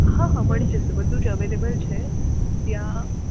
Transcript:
હા હા મળી જશે બધું જ અવેલેબલ છે ત્યાં